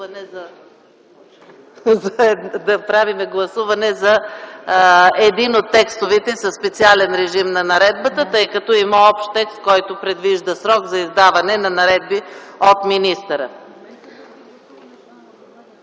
да правим гласуване за един от текстовете със специален режим на наредбата, тъй като има общ текст, който предвижда срок за издаване на наредби от министъра.